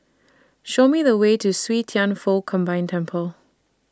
Show Me The Way to See Thian Foh Combined Temple